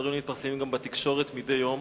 הדברים מתפרסמים גם בתקשורת מדי יום,